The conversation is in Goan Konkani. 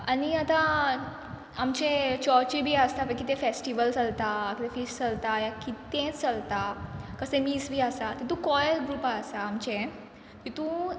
आनी आतां आमचे चर्ची बी आसता पळय कितें फॅस्टिवल चलता किदें फिस्ट चलता या कित्तेंय चलता कसलें मीस बी आसा तितू कॉयर दिवपा आसा आमचें तितू